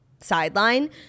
sideline